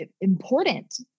important